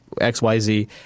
XYZ